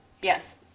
Yes